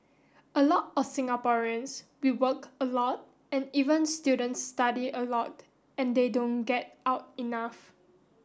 a lot of Singaporeans we work a lot and even students study a lot and they don't get out enough